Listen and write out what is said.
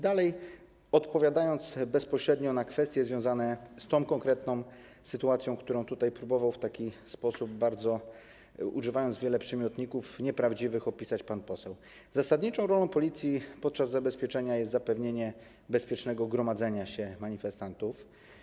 Dalej, odpowiadając bezpośrednio na kwestie związane z tą konkretną sytuacją, którą tutaj próbował w taki sposób opisać, używając wielu przymiotników nieprawdziwych, pan poseł, chcę powiedzieć, że zasadniczą rolą policji podczas zabezpieczania jest zapewnienie bezpiecznego gromadzenia się manifestantów.